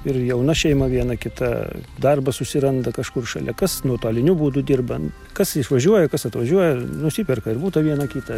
ir jauna šeima viena kita darbą susiranda kažkur šalia kas nuotoliniu būdu dirba kas išvažiuoja kas atvažiuoja nusiperka ir butą vieną kitą